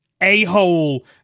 a-hole